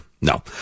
No